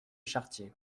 chartier